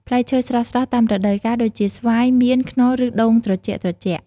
ផ្លែឈើស្រស់ៗតាមរដូវកាលដូចជា ស្វាយ មៀន ខ្នុរ ឬដូងត្រជាក់ៗ ។